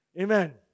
Amen